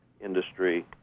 industry